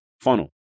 Funnel